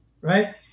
right